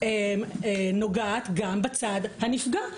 נוגעת גם בצד הנפגע.